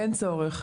אין צורך.